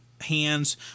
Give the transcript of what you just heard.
Hands